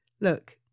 Look